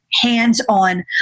hands-on